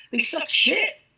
they sell shit.